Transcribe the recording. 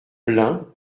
blein